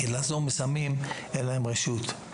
כי לעזור בסמים, אין להם רשות.